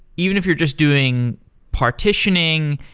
even if you're just doing partitioning,